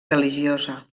religiosa